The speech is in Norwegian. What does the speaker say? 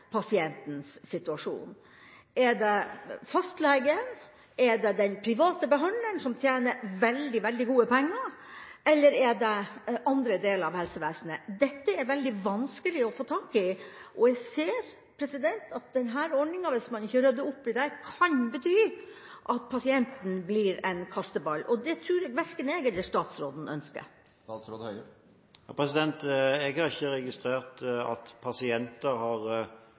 pasientens situasjon? Er det fastlegen, er det den private behandleren som tjener veldig gode penger, eller er det andre deler av helsevesenet? Dette er veldig vanskelig å få tak i, og jeg ser at denne ordningen, hvis man ikke rydder opp i den, kan bety at pasienten blir en kasteball. Det tror jeg verken jeg eller statsråden ønsker. Jeg har ikke registrert at pasienter har